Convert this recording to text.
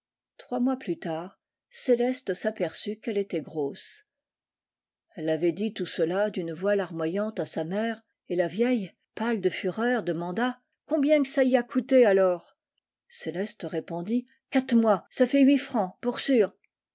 trois mois plus tard céleste s'aperçut qu'elle était grosse elle avait dit tout cela d'une voix larmoyante à sa mère et la vieille pâle de fureur demanda combien que ça y a coûté alors céleste répondit quat mois ça fait huit francs pour sûr